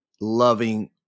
loving